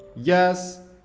yes,